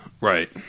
Right